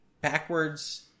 backwards